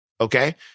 okay